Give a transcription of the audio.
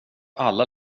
alla